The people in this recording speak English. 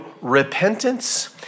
repentance